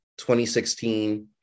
2016